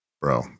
Bro